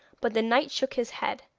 but the knight shook his head.